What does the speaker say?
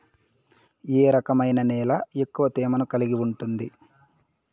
ఏ రకమైన నేల ఎక్కువ తేమను కలిగి ఉంటుంది?